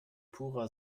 purer